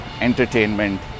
entertainment